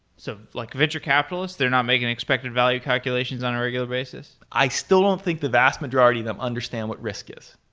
so like venture capitalists? they're not making expected value calculations on a regular basis? i still don't think the vast majority of them understand what risk is.